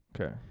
Okay